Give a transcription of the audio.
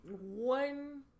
One